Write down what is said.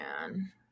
man